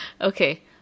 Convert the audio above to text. Okay